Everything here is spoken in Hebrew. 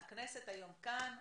הכנסת היום כאן,